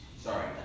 Sorry